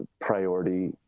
priority